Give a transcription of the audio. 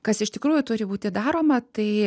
kas iš tikrųjų turi būti daroma tai